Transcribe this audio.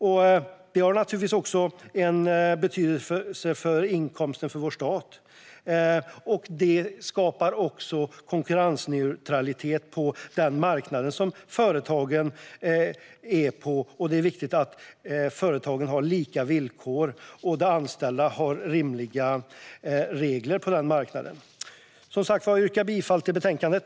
Detta har naturligtvis betydelse för inkomsterna till vår stat, och det skapar konkurrensneutralitet på den marknad som företagen finns på. Det är viktigt att företagen har lika villkor och att de anställda har rimliga regler på denna marknad. Jag yrkar som sagt bifall till utskottets förslag i betänkandet.